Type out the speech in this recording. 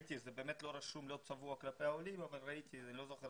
באמת זה לא צבוע לנושא העולים אבל ראיתי את